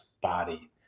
body